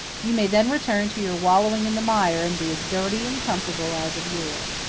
you may then return to your wallowing in the mire and be as dirty and comfortable as of yore.